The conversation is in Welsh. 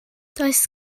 does